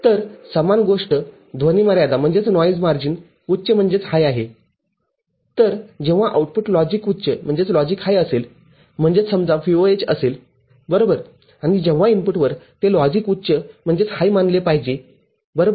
तर समान गोष्ट ध्वनी मर्यादा उच्च आहे तरजेव्हा आउटपुट लॉजिक उच्च असेल म्हणजेच समजा VOH असेल बरोबर आणि तेव्हा इनपुटवर ते लॉजिक उच्च मानले पाहिजे बरोबर